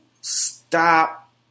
stop